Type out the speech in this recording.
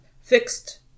fixed